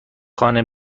خانه